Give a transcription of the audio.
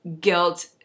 guilt